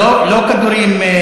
לא, לא כדורים לטיפול.